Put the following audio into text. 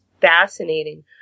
fascinating